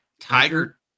Tiger